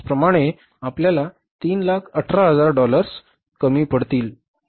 त्याचप्रमाणे आपल्याला 318000 डॉलर्स कमी पडतात